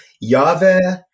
Yahweh